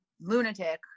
lunatic